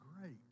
great